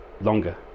longer